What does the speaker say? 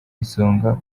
isonga